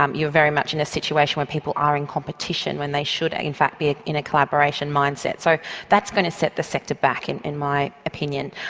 um you're very much in a situation where people are in competition when they should in fact be in a collaboration mindset. so that's going to set the sector back in in my opinion.